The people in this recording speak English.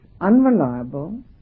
unreliable